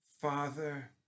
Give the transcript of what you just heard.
Father